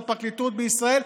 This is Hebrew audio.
את הפרקליטות בישראל,